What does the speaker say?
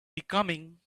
becoming